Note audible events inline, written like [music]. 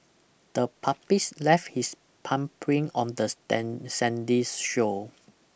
the puppies left his palm print on this dan sandy [unintelligible] shore